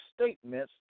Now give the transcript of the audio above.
statements